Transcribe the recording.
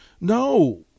No